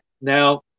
Now